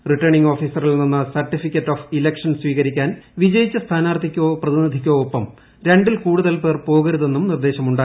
returning ഓഫീസറിൽ നിന്നും certificate of election സ്വീകരിക്കാൻ വിജയിച്ച സ്ഥാനാർത്ഥിക്കോ പ്രതിനിധിക്കോ ഒപ്പം രണ്ടിൽ കൂടുതൽ പേർ പോകരുതെന്നും നിർദ്ദേശമുണ്ട്